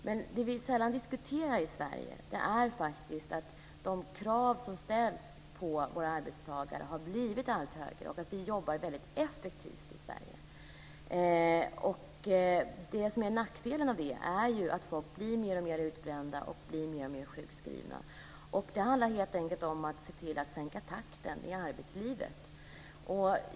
Men det som vi sällan diskuterar i Sverige är att de krav som ställs på våra arbetstagare har blivit allt högre, därför att vi i Sverige jobbar väldigt effektivt. Nackdelen med det är att människor blir mer och mer utbrända och sjukskrivna. Det handlar här helt enkelt om att man bör sänka takten i arbetslivet.